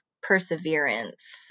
perseverance